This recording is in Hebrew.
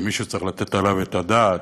שמי שצריך לתת עליו את הדעת,